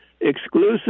Exclusive